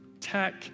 tech